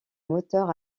moteur